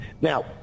Now